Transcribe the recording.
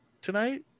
tonight